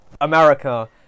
America